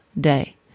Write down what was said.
day